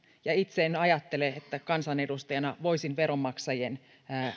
ja itse en ajattele että kansanedustajana voisin veronmaksajien